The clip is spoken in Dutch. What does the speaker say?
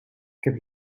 heb